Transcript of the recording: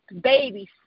babies